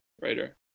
writer